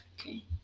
Okay